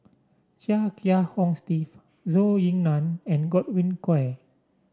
Chia Kiah Hong Steve Zhou Ying Nan and Godwin Koay